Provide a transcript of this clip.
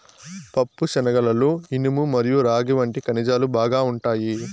పప్పుశనగలలో ఇనుము మరియు రాగి వంటి ఖనిజాలు బాగా ఉంటాయి